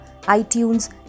iTunes